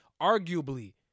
arguably